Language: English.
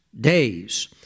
days